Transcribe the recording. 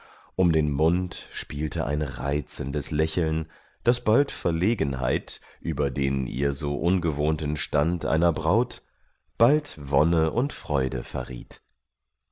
um den mund spielte ein reizendes lächeln das bald verlegenheit über den ihr so ungewohnten stand einer braut bald wonne und freude verriet